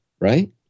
right